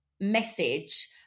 message